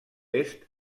est